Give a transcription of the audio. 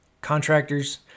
contractors